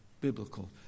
biblical